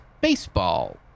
Baseball